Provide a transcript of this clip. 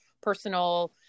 personal